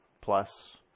plus